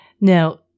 Now